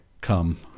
come